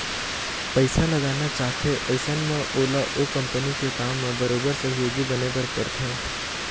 पइसा लगाना चाहथे अइसन म ओला ओ कंपनी के काम म बरोबर सहयोगी बने बर परथे